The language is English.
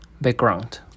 Background